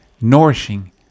nourishing